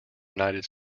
united